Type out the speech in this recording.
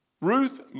Ruth